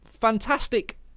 fantastic